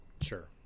Sure